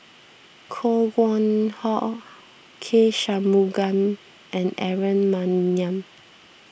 Koh Nguang How K Shanmugam and Aaron Maniam